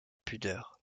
pudeur